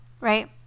right